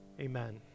Amen